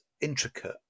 intricate